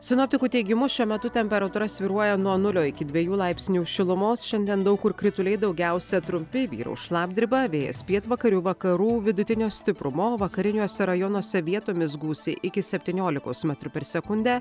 sinoptikų teigimu šiuo metu temperatūra svyruoja nuo nulio iki dviejų laipsnių šilumos šiandien daug kur krituliai daugiausia trumpi vyraus šlapdriba vėjas pietvakarių vakarų vidutinio stiprumo vakariniuose rajonuose vietomis gūsiai iki septyniolikos metrų per sekundę